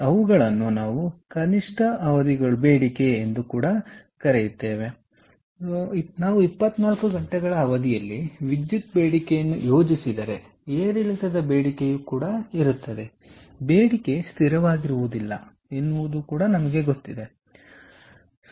ಆದ್ದರಿಂದ ನಾವು 24 ಗಂಟೆಗಳ ಅವಧಿಯಲ್ಲಿ ವಿದ್ಯುತ್ ಬೇಡಿಕೆಯನ್ನು ಯೋಜಿಸಿದರೆ ಏರಿಳಿತದ ಬೇಡಿಕೆ ಇದೆ ಬೇಡಿಕೆ ಸ್ಥಿರವಾಗಿಲ್ಲ ಎಂದು ನಾವು ನೋಡುತ್ತೇವೆ